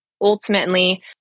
ultimately